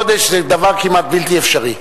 חודש זה דבר כמעט בלתי אפשרי.